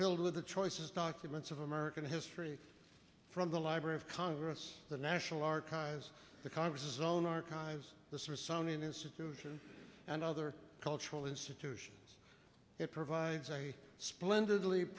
filled with the choices documents of american history from the library of congress the national archives the congress's own archives the smithsonian institution and other cultural institutions it provides a splendid